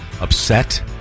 upset